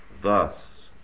Thus